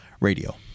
radio